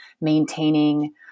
maintaining